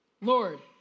Lord